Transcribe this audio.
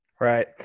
Right